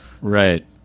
Right